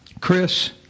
Chris